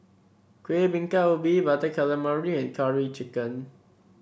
Kuih Bingka Ubi Butter Calamari and Curry Chicken